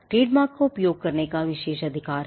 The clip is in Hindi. ट्रेडमार्क का उपयोग करने का एक विशेष अधिकार है